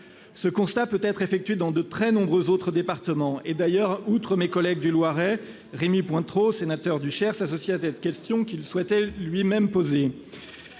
même constat peut être effectué dans de très nombreux autres départements. Outre mes collègues du Loiret, Rémy Pointereau, sénateur du Cher, s'associe à cette question qu'il souhaitait lui aussi poser.